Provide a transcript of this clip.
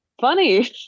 Funny